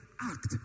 act